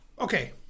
okay